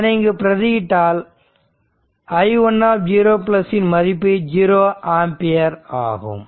அதனை இங்கு பிரதி இட்டால் i10 மதிப்பு 0 ஆம்பியர் ஆகும்